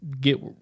get